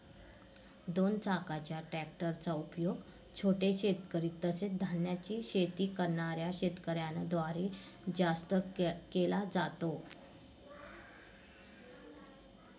दोन चाकाच्या ट्रॅक्टर चा उपयोग छोटे शेतकरी, तसेच धान्याची शेती करणाऱ्या शेतकऱ्यांन द्वारे जास्त केला जातो